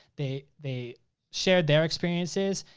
they they shared their experiences,